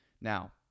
Now